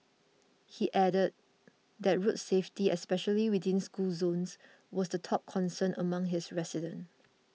he added that road safety especially within school zones was the top concern among his residents